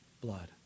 blood